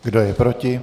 Kdo je proti?